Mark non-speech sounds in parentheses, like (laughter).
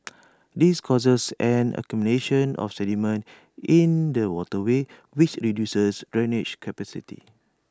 (noise) this causes an accumulation of sediment in the waterways which reduces drainage capacity